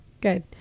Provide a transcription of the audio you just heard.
Good